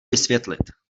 vysvětlit